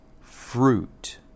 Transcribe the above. fruit